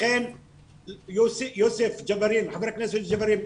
לכן חבר הכנסת ג'בארין,